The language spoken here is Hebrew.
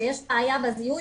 שיש בעיה בזיהוי,